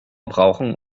brauchen